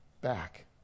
back